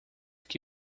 que